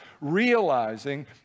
realizing